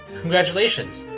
congratulations,